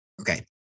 Okay